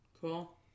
Cool